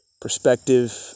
perspective